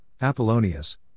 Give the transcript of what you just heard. Apollonius